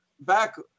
back